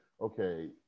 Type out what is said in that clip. okay